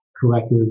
collective